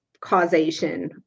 causation